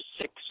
six